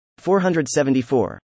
474